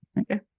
okay